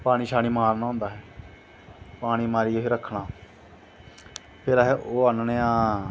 पानी शानी मारनां होंदां पानी मारियै फिर रक्खनां फिर अस ओह् आह्ननें आं